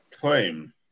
claim